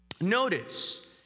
Notice